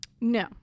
No